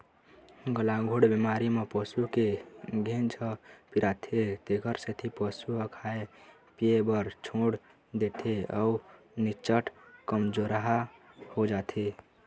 गलाघोंट बेमारी म पसू के घेंच ह पिराथे तेखर सेती पशु ह खाए पिए बर छोड़ देथे अउ निच्चट कमजोरहा हो जाथे